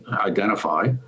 identify